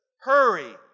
Hurry